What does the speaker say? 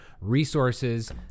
resources